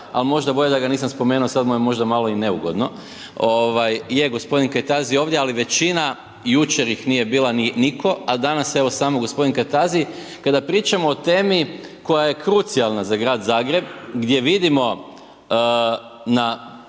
ali možda bolje da ga nisam spomenuo, sad mu je možda malo i neugodno. Je, g. Kajtazi je ovdje, ali većina jučer ih nije bila nitko, a danas evo, samo g. Kajtazi. Kada pričamo o temi koja je krucijalna za grad Zagreb, gdje vidimo na